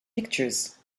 pictures